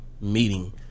meeting